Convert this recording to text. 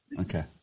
Okay